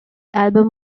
album